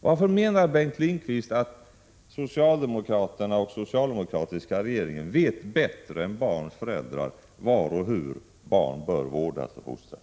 Varför menar Bengt Lindqvist att socialdemokraterna och den socialdemokratiska regeringen vet bättre än barnens föräldrar var och hur barn bör vårdas och fostras?